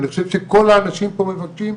ואני חושב שכל האנשים פה מבקשים,